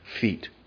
feet